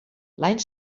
l’any